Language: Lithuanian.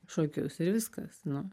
šokius ir viskas nu